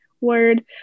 word